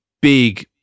big